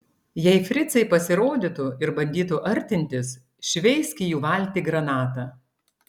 jei fricai pasirodytų ir bandytų artintis šveisk į jų valtį granatą